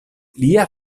lia